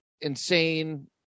insane